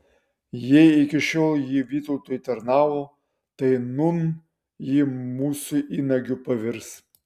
jei iki šiol ji vytautui tarnavo tai nūn ji mūsų įnagiu pavirs